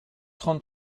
trente